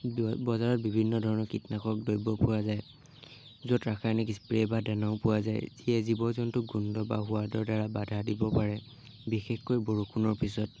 বজাৰত বিভিন্ন ধৰণৰ কীটনাশক দ্ৰব্য পোৱা যায় য'ত ৰাসায়নিক স্প্ৰে' বা দানাও পোৱা যায় যিয়ে জীৱ জন্তু গোন্ধ বা সোৱাদৰ দ্বাৰা বাধা দিব পাৰে বিশেষকৈ বৰষুণৰ পিছত